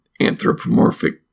anthropomorphic